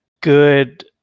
good